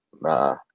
Nah